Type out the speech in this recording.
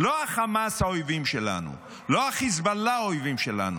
לא חמאס האויבים שלנו, לא חיזבאללה האויבים שלנו.